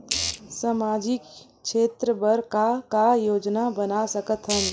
सामाजिक क्षेत्र बर का का योजना बना सकत हन?